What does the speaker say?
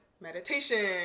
meditation